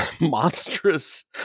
monstrous